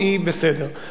רק שהוא ידע את התשובה.